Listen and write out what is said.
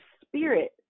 spirit